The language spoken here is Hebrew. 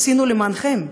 עשינו למענכם,